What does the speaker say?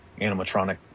animatronic